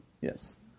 Yes